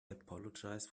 apologies